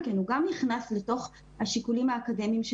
הוא נכנס לתוך השיקולים האקדמיים של